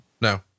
No